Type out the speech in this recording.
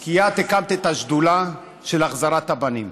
כי את הקמת את השדולה של החזרת הבנים,